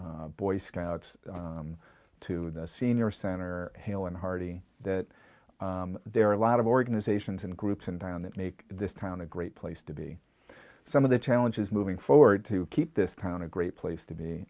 to boy scouts to the senior center hale and hearty that there are a lot of organizations and groups in town that make this town a great place to be some of the challenges moving forward to keep this town a great place to be